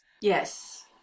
yes